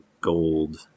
gold